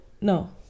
No